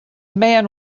man